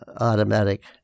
automatic